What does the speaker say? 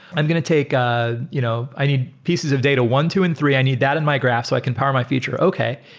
i'm going to take ah you know i need pieces of data one, two and three. i need that in my graph so i can power my future okay.